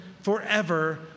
forever